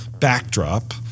backdrop